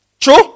True